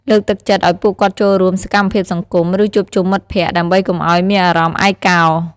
លើកទឹកចិត្តឱ្យពួកគាត់ចូលរួមសកម្មភាពសង្គម ឬជួបជុំមិត្តភក្តិ ដើម្បីកុំឱ្យមានអារម្មណ៍ឯកោ។